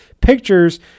Pictures